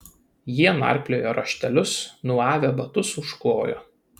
jie narpliojo raištelius nuavę batus užklojo